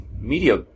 media